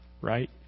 right